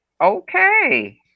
Okay